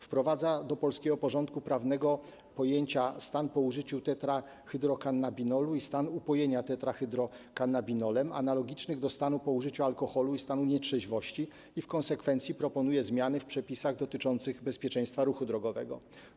Wprowadza do polskiego porządku prawnego pojęcia stan po użyciu tetrahydrokannabinolu i stan upojenia tetrahydrokannabinolem, analogiczne do stanu po użyciu alkoholu i stanu nietrzeźwości, i w konsekwencji proponuje zmiany w przepisach dotyczących bezpieczeństwa ruchu drogowego.